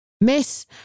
miss